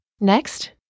Next